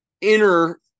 inner